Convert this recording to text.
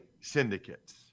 syndicates